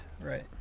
Right